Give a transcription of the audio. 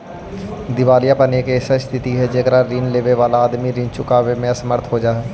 दिवालियापन एक ऐसा स्थित हई जेकरा में ऋण लेवे वाला आदमी ऋण चुकावे में असमर्थ हो जा हई